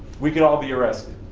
we could all be arrested,